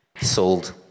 Sold